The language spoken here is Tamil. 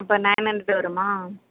இப்போ நைன் ஹண்ட்ரட் வருமா